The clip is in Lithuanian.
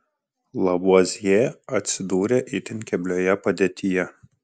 lavuazjė atsidūrė itin keblioje padėtyje